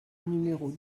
numéros